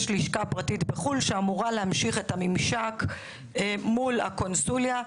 יש לשכה פרטית בחוץ לארץ שאמורה להמשיך את הממשק מול הקונסוליה.